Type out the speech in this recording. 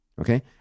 Okay